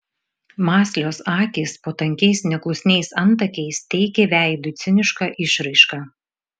mąslios akys po tankiais neklusniais antakiais teikė veidui cinišką išraišką